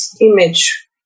image